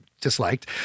Disliked